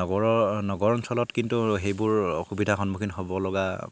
নগৰ নগৰ অঞ্চলত কিন্তু সেইবোৰ অসুবিধাৰ সন্মুখীন হ'ব লগা